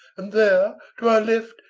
and there, to our left,